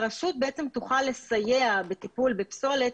כך הרשות תוכל לסייע בטיפול בפסולת,